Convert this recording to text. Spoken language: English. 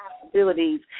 possibilities